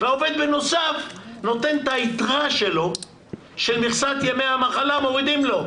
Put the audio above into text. והעובד בנוסף נותן את היתרה שלו שמכסת ימי המחלה מורידים לו.